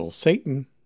Satan